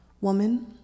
woman